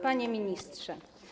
Panie Ministrze!